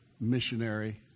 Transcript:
missionary